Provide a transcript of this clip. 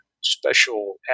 special